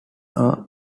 are